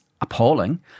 appalling